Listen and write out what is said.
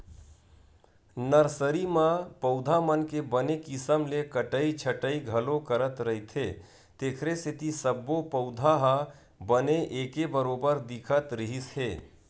nursery म पउधा मन के बने किसम ले कटई छटई घलो करत रहिथे तेखरे सेती सब्बो पउधा ह बने एके बरोबर दिखत रिहिस हे